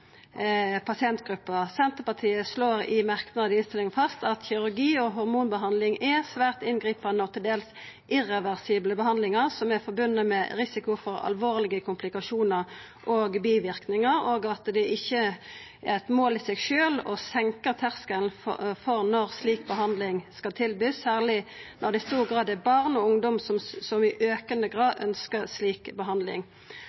pasientgruppa. Senterpartiet slår i merknader i innstillinga fast at kirurgi og hormonbehandling er «svært inngripende og til dels irreversible behandlinger som er forbundet med risiko for alvorlige komplikasjoner og bivirkninger», og at det ikkje er eit mål i seg sjølv å senka terskelen for når slik behandling skal tilbydast, særleg når det i stor grad er barn og ungdom som i